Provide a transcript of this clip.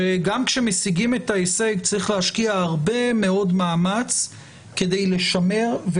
שגם כשמשיגים את ההישג צריך להשקיע הרבה מאוד מאמץ כדי לשמר,